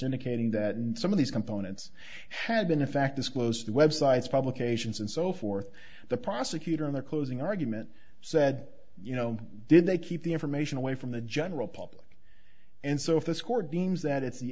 indicating that some of these components had been in fact disclosed web sites publications and so forth the prosecutor in their closing argument said you know did they keep the information away from the general public and so if this court deems that it's the